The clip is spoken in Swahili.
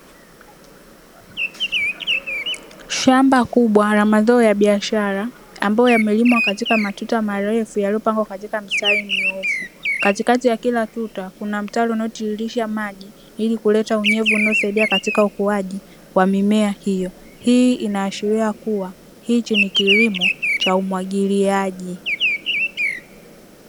Shamba kubwa la mazao ya biashara ambayo yamelimwa katika matuta marefu, yaliyopangwa katika mistari mirefu katikati ya kila tuta kuna mtaro unaotilisha maji, ili kuleta unyevu unaosaidia katika ukuaji wa mimea hiyo. Hii inaashiria kuwa hii nchi ni kilimo, cha umwagiliaji.